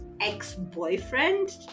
ex-boyfriend